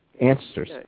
answers